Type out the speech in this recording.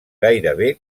gairebé